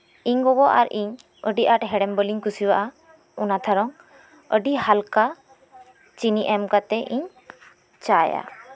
ᱤᱧ ᱜᱚᱜᱚ ᱟᱨ ᱤᱧ ᱟᱰᱤ ᱟᱸᱴ ᱦᱮᱲᱮᱢ ᱵᱟᱞᱤᱝ ᱠᱩᱥᱤᱣᱟᱜᱼᱟ ᱚᱱᱟᱛᱮ ᱛᱷᱮᱲᱚᱝ ᱟᱰᱤ ᱦᱟᱞᱠᱟ ᱪᱤᱱᱤ ᱮᱢ ᱠᱟᱛᱮᱜ ᱤᱧ ᱪᱟᱭᱟ